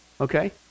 okay